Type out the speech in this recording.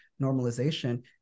normalization